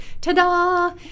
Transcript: ta-da